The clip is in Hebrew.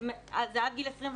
זה עד גיל 21,